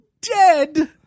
dead